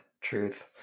truth